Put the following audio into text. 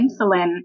insulin